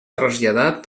traslladat